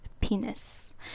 penis